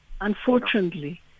unfortunately